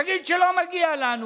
תגיד שלא מגיע לנו,